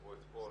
שפורסמו אתמול,